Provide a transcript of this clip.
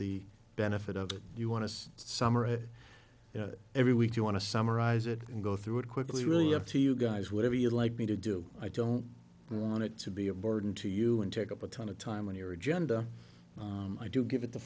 the benefit of it you want to summarize it you know every week you want to summarize it and go through it quickly really have to you guys whatever you'd like me to do i don't want it to be a burden to you and take up a ton of time on your agenda i do give it to